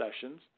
sessions